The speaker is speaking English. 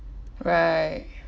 right